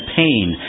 pain